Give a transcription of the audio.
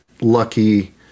lucky